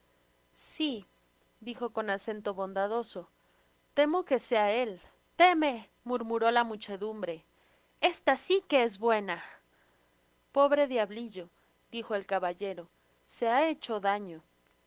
si dijo con acento bondadoso temo que sea él teme murmuró la muchedumbre esta si que es buena pobre diablillo dijo el caballero se ha hecho daño